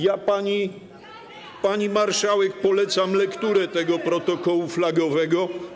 Ja pani marszałek polecam lekturę tego protokołu flagowego.